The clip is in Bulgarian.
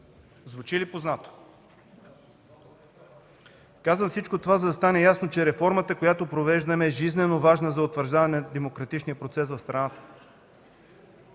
ЦВЕТЛИН ЙОВЧЕВ: Казвам всичко това, за да стане ясно, че реформата, която провеждаме, е жизнено важна за утвърждаване на демократичния процес в страната.